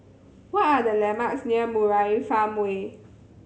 what are the landmarks near Murai Farmway